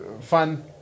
Fun